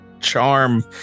charm